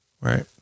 Right